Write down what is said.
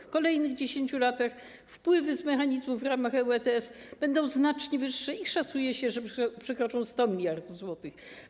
W kolejnych 10 latach wpływy z mechanizmu w ramach ETS będą znacznie wyższe i szacuje się, że przekroczą 100 mld zł.